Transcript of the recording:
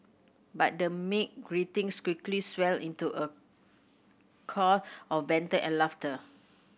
but the meek greetings quickly swelled into a of banter and laughter